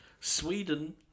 Sweden